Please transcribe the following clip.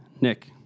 Nick